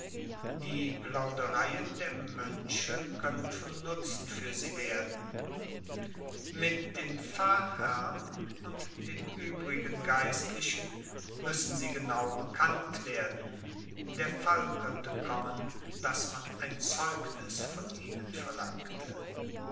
die plaudereien der mönche können von nutzen für sie werden mit dem pfarrherrn und den übrigen geistlichen müssen sie genau bekannt werden der fall könnte kommen daß man ein zeugnis von ihnen verlangte